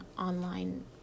online